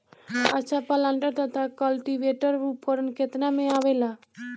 अच्छा प्लांटर तथा क्लटीवेटर उपकरण केतना में आवेला?